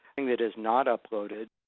thing that is not uploaded